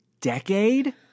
decade